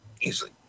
easily